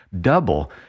double